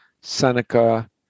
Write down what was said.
Seneca